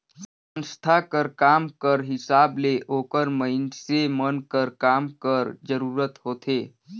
संस्था कर काम कर हिसाब ले ओकर मइनसे मन कर काम कर जरूरत होथे